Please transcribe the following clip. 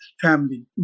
family